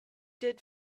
did